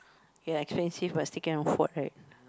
ya expensive but still can afford right